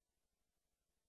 העלאת המע"מ שפגעה,